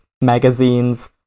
magazines